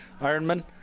Ironman